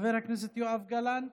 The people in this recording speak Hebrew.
חבר הכנסת יואב גלנט,